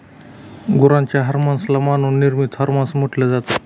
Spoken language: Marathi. गुरांच्या हर्मोन्स ला मानव निर्मित हार्मोन्स म्हटल जात